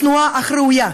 צנועה אך ראויה,